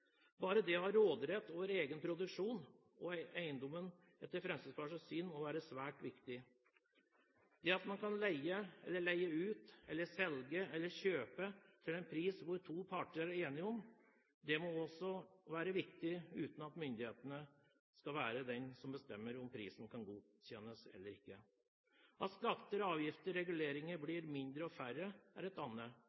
Bare det å ha råderett over egen produksjon og eiendom må etter Fremskrittspartiet syn være svært viktig. Det at man kan leie eller leie ut, selge eller kjøpe til en pris som to parter er enige om, uten at myndighetene skal godkjenne den, må også være viktig. Lavere skatter og avgifter og færre reguleringer